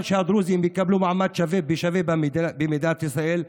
שהדרוזים יקבלו מעמד שווה במדינת ישראל?